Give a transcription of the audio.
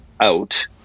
out